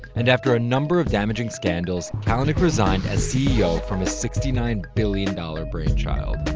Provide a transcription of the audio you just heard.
and after a number of damaging scandals, kalanick resigned as ceo from his sixty nine billion dollar brainchild.